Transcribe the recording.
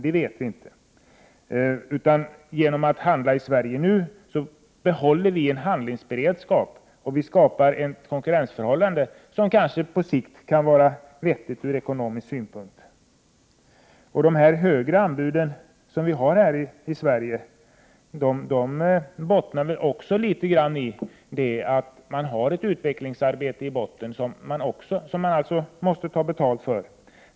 Det vet vi ingenting om. Genom att handla i Sverige nu behåller vi en handlingsberedskap och skapar ett konkurrensförhållande som på sikt kan vara vettigt ur ekonomisk synpunkt. De högre anbuden i Sverige beror också till viss del på det faktum att man har ett utvecklingsarbete i botten som man måste ta betalt för.